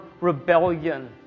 rebellion